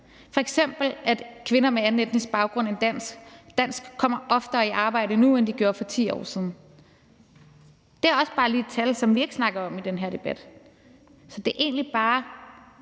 f.eks. at kvinder med anden etnisk baggrund end dansk oftere kommer i arbejde nu, end de gjorde for 10 år siden. Det er også bare lige et tal, som vi ikke snakker om i den her debat. Så det er egentlig bare